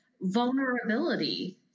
vulnerability